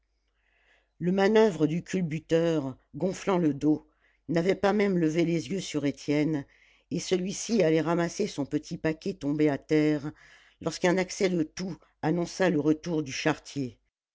le manoeuvre du culbuteur gonflant le dos n'avait pas même levé les yeux sur étienne et celui-ci allait ramasser son petit paquet tombé à terre lorsqu'un accès de toux annonça le retour du charretier